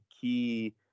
key